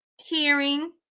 hearing